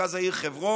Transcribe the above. מרכז העיר חברון,